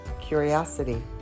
Curiosity